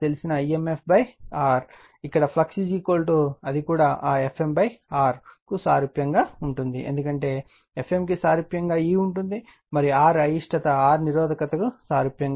మరియు ఇక్కడ ఫ్లక్స్ అది కూడా ఆ Fm R కు సారూప్యంగా ఉంటుంది ఎందుకంటే Fm కి సారూప్యంగా E ఉంటుంది మరియు R అయిష్టత R నిరోధకతకు సారూప్యంగా ఉంటుంది